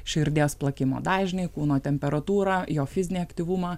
širdies plakimo dažnį kūno temperatūrą jo fizinį aktyvumą